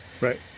right